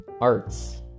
arts